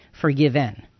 forgiven